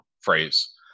phrase